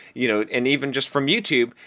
you know and even just from youtube,